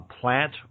Plant